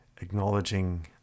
acknowledging